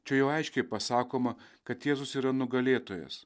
čia jau aiškiai pasakoma kad jėzus yra nugalėtojas